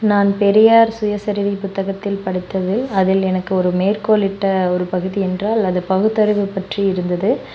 நான் பெரியார் சுயசரிதை புத்தகத்தில் படித்தது அதில் எனக்கு ஒரு மேற்கோளிட்ட ஒரு பகுதி என்றால் அது பகுத்தறிவு பற்றி இருந்தது